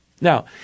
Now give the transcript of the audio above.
Now